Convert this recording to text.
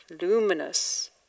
luminous